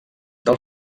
del